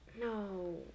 no